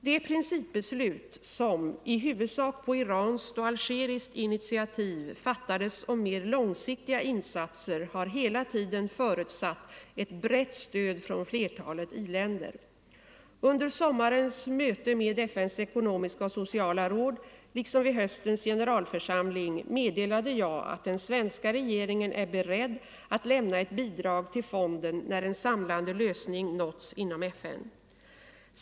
Det principbeslut som — i huvudsak på iranskt och algeriskt initiativ — fattades om mer långsiktiga insatser har hela tiden förutsatt ett brett stöd från flertalet i-länder. Under sommarens ECOSOC-möte liksom vid höstens generalförsamling meddelade jag att den svenska regeringen är beredd lämna ett bidrag till fonden när en samlande lösning nåtts inom FN.